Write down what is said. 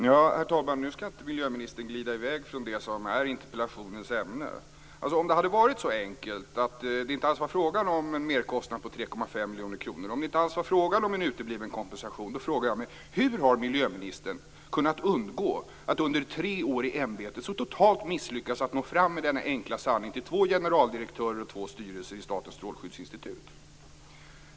Herr talman! Nu skall inte miljöministern glida i väg från det som är interpellationens ämne. Om det hade varit så enkelt att det inte alls var fråga om en merkostnad på 3,5 miljoner kronor, och om det inte alls var fråga om en utebliven kompensation, frågar jag mig: Hur har miljöministern under tre år i ämbetet så totalt kunnat misslyckas med att nå fram med denna enkla sanning till två generaldirektörer och två styrelser i Statens strålskyddsinstitut?